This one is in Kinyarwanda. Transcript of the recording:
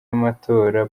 amatora